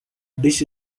this